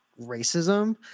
racism